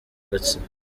gatsibo